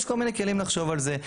יש כל מיני כלים לחשוב על זה.